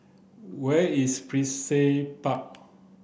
where is Brizay Park